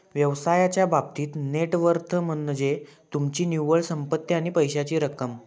व्यवसायाच्या बाबतीत net worth म्हनज्ये तुमची निव्वळ संपत्ती आणि पैशाची रक्कम